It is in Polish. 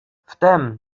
wtem